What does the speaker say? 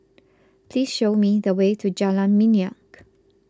please show me the way to Jalan Minyak